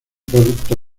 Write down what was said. producto